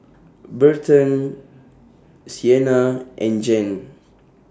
Berton Sienna and Jan